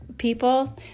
people